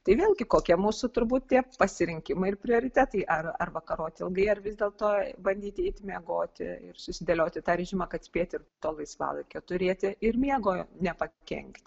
tai vėlgi kokia mūsų turbūt tie pasirinkimai ir prioritetai ar ar vakaroti ilgai ar vis dėlto bandyti eiti miegoti ir susidėlioti tą režimą kad spėti ir to laisvalaikio turėti ir miego nepakenkti